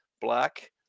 black